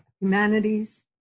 humanities